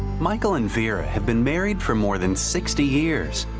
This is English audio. michael and vera have been married for more than sixty years.